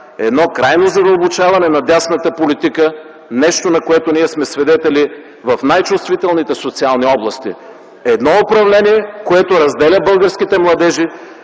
едно крайно задълбочаване на дясната политика – нещо, на което ние сме свидетели в най-чувствителните социални области. Едно управление, което разделя българските младежи!